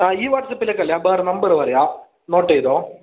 ആ ഈ വാട്ട്സപ്പിലേക്കല്ല വേറെ നമ്പര് പറയാം നോട്ട് ചെയ്തോ